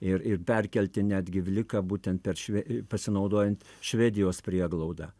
ir ir perkelti netgi vliką būtent per šve pasinaudojant švedijos prieglauda